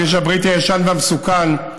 הכביש הבריטי הישן והמסוכן,